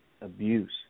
abuse